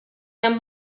hemm